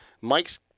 Mike's